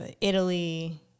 Italy